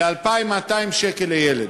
ל-2,200 שקל לילד.